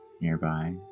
nearby